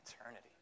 eternity